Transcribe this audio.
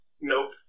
Nope